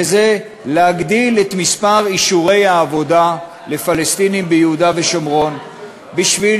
וזה להגדיל את מספר אישורי העבודה לפלסטינים ביהודה ושומרון בשביל